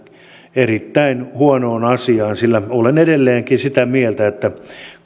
erittäin huonoon asiaan sillä olen edelleenkin sitä mieltä että